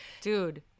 dude